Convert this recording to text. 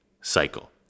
cycle